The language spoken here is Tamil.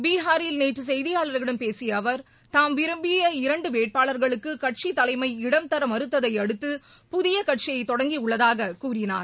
பீகாரில் நேற்று செய்தியாளர்களிடம் பேசிய அவர் தாம் விரும்பிய இரண்டு வேட்பாளர்களுக்கு கட்சித் தலைமை இடம் தர மறுத்ததையடுத்து புதிய கட்சியை தொடங்கியுள்ளதாகக் கூறினார்